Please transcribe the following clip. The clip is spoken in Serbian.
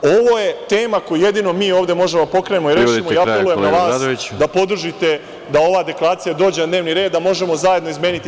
Ovo je tema koju jedino mi ovde možemo da pokrenemo i apelujem na vas da podržite da ova deklaracija dođe na dnevni red, da možemo zajedno izmeniti…